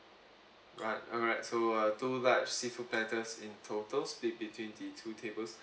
right alright so uh two large seafood platters in total split between the two tables